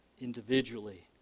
individually